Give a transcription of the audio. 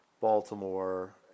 Baltimore